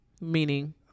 Meaning